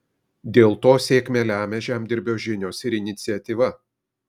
dėl to sėkmę lemia žemdirbio žinios ir iniciatyva